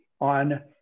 on